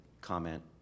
comment